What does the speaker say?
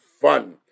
fun